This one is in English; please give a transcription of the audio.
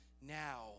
now